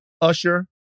Usher